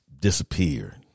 disappeared